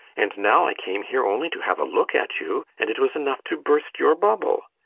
and now i came here only to have a look at you, and it was enough to burst your bubble.